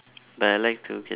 but I like to catch